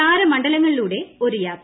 താരമണ്ഡലങ്ങളിലൂടെ ഒരു യാത്ര